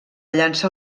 llança